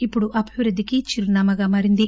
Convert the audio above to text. ఇప్పుడు అభివృద్దికి చిరునామాగా మారింది